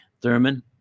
Thurman